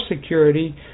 security